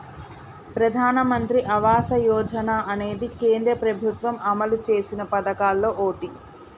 ప్రధానమంత్రి ఆవాస యోజన అనేది కేంద్ర ప్రభుత్వం అమలు చేసిన పదకాల్లో ఓటి